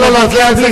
לא, לא, לא.